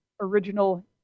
original